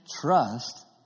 Trust